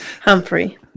Humphrey